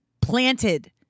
planted